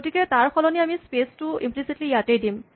গতিকে তাৰ সলনি আমি স্পেচ টো ইম্লিচিটলী ইয়াতে দিম